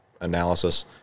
analysis